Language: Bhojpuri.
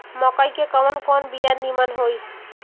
मकई के कवन कवन बिया नीमन होई?